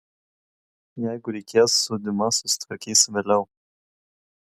jeigu reikės su diuma susitvarkys vėliau